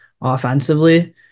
offensively